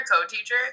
co-teacher